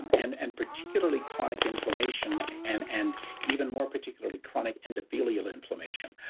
and and and particularly, chronic inflammation, and and even more particularly, chronic endothelial inflammation.